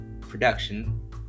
production